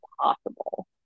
possible